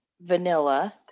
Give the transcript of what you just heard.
vanilla